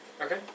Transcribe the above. Okay